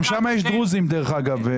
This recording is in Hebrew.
גם שם יש דרוזים, דרך אגב.